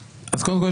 אז קודם כל,